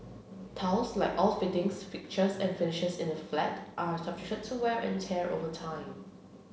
tiles like all fittings fixtures and finishes in a flat are subjected to wear and tear over time